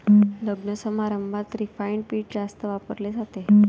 लग्नसमारंभात रिफाइंड पीठ जास्त वापरले जाते